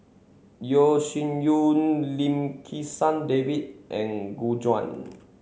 Yeo Shih Yun Lim Kim San David and Gu Juan